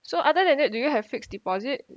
so other than that do you have fixed deposit